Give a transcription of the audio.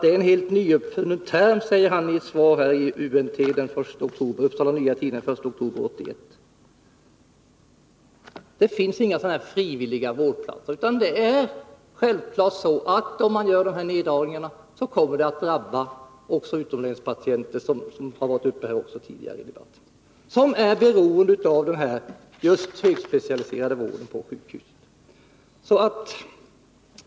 Det är en helt nyuppfunnen term, säger han i ett svar i Upsala Nya Tidning den 1 oktober 1981. Det finns inga frivilliga vårdplatser, utan om man gör dessa nedskärningar kommer de att drabba också utomlänspatienter som är beroende av just den högspecialiserade vården på sjukhuset.